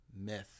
myth